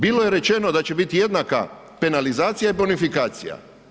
Bilo je rečeno da će biti jednaka penalizacija i bonifikacija.